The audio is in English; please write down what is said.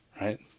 right